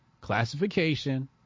classification